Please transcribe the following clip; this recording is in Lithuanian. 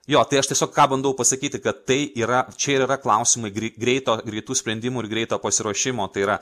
jo tai aš tiesiog ką bandau pasakyti kad tai yra čia ir yra klausimai grei greito greitų sprendimų ir greito pasiruošimo tai yra